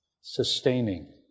sustaining